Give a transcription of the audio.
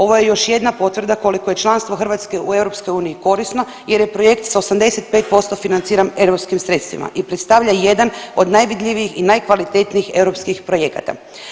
Ovo je još jedna potvrda koliko je članstvo Hrvatske u EU korisno jer je projekt s 85% financiran europskim sredstvima i predstavlja jedan od najvidljivijih i najkvalitetnijih europskih projekata.